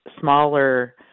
smaller